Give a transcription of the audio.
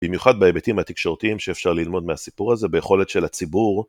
במיוחד בהיבטים התקשורתיים שאפשר ללמוד מהסיפור הזה ביכולת של הציבור.